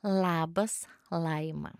labas laima